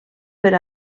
per